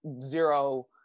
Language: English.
zero